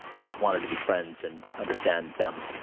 i just wanted to be friends and understand them.